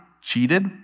cheated